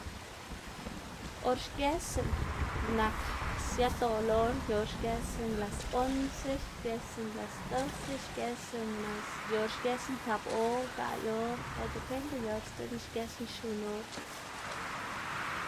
or xgesná nak siadoꞌlá or yu or sgesná las once, xgesna las doce, xgesná mas yu or xgesná tap or, gaꞌy or o depende yu or sdziꞌnn- ná xgesná xun or.